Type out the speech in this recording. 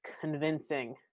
convincing